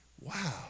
Wow